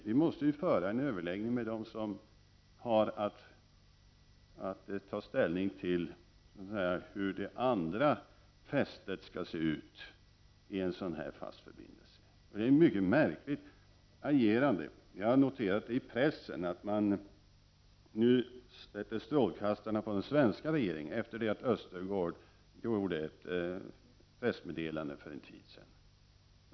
Vi måste ha en överläggning med dem som har att ta ställning till hur det andra fästet skall se ut vid en sådan här fast förbindelse. Det är ett mycket märkligt agerande som jag har noterat i pressen. Man sätter nu strålkastarna på den svenska regeringen efter det att den danske kommunikationsministern Östergaard gjort ett pressmeddelande för en tid sedan.